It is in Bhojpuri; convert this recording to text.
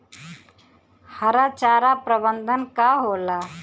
हरा चारा प्रबंधन का होला?